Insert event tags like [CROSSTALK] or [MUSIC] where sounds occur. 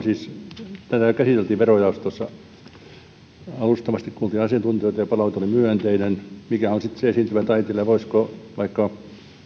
[UNINTELLIGIBLE] siis käsiteltiin verojaostossa alustavasti kuultiin asiantuntijoita ja palaute oli myönteinen mikä on sitten se esiintyvä taiteilija voisiko vaikka